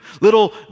little